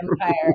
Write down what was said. empire